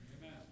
Amen